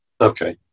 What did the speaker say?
Okay